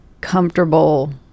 comfortable